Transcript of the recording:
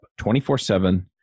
24-7